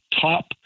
top